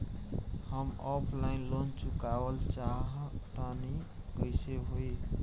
हम offline loan चुकावल चाहऽ तनि कइसे होई?